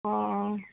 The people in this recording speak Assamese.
অঁ অঁ